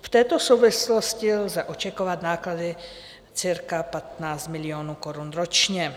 V této souvislosti lze očekávat náklady cca 15 milionů korun ročně.